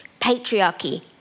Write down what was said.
Patriarchy